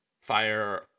fire